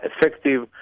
effective